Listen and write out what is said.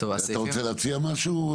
אתה רוצה להציע משהו,